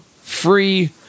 free